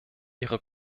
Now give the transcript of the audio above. ihre